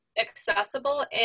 accessible